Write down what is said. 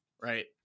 Right